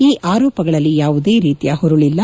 ಈ ಆರೋಪಗಳಲ್ಲಿ ಯಾವುದೇ ರೀತಿಯ ಹುರುಳಲ್ಲ